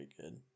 good